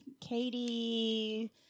Katie